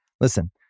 Listen